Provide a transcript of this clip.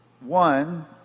One